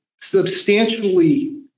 substantially